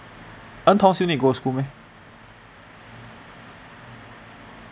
en tong still need go school meh